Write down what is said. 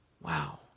Wow